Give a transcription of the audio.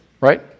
right